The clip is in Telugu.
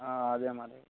అదే మరి